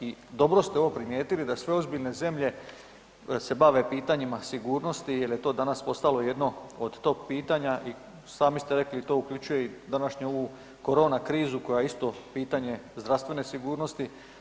I dobro ste ovo primijetili da sve ozbiljne zemlje se bave pitanjima sigurnosti jel je to danas postalo jedno od top pitanja i sami ste rekli da to uključuje i današnju ovu korona krizu koja je isto pitanje zdravstvene sigurnosti.